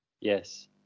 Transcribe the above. Yes